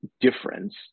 difference